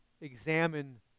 examine